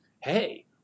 hey